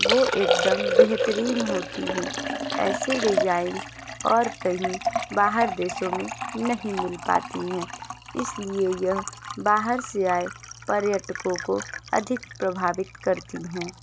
वो एकदम बेहतरीन होती हैं ऐसी डिजाइन्स और कहीं बाहर देशों में नहीं मिल पाती हैं इसलिए यह बाहर से आए पर्यटकों को अधिक प्रभावित करती हैं